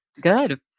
Good